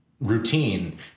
routine